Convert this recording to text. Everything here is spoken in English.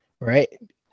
right